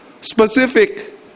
Specific